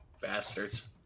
Bastards